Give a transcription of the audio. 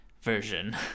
version